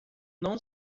não